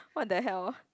!what the hell!